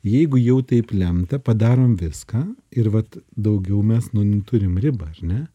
jeigu jau taip lemta padarom viską ir vat daugiau mes nu turim ribą ar ne